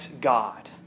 God